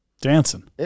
dancing